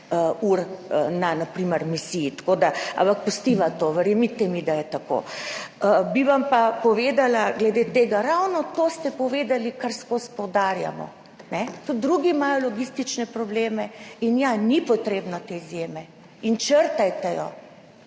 na misiji, ampak pustiva to, verjemite mi, da je tako. Bi pa vam povedala glede tega, ravno to ste povedali, kar ves čas poudarjamo. Tudi drugi imajo logistične probleme in ja, ta izjema ni potrebna in jo črtajte,